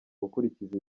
gukurikiza